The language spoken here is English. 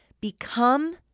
Become